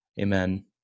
Amen